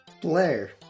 Blair